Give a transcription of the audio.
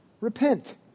repent